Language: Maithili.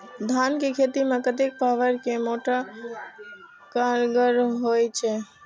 धान के खेती में कतेक पावर के मोटर कारगर होई छै?